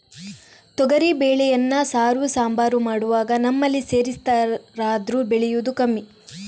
ತೊಗರಿ ಬೇಳೆಯನ್ನ ಸಾರು, ಸಾಂಬಾರು ಮಾಡುವಾಗ ನಮ್ಮಲ್ಲಿ ಸೇರಿಸ್ತಾರಾದ್ರೂ ಬೆಳೆಯುದು ಕಮ್ಮಿ